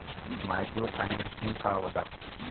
Micro financing का होला?